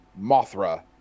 Mothra